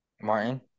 Martin